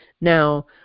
Now